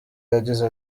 yagize